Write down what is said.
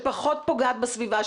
שפחות פוגעת בסביבה,